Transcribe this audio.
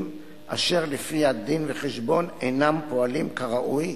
אשר לפי הדין-וחשבון אינם פועלים כראוי,